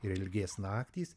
ir ilgės naktys